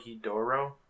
Hidoro